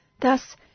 Thus